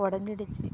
உடஞ்சிடிச்சி